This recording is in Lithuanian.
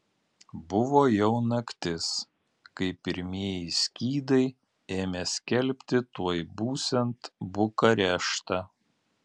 buvo jau naktis kai pirmieji skydai ėmė skelbti tuoj būsiant bukareštą